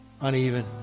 uneven